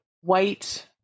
white